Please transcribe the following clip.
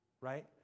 right